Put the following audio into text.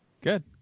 Good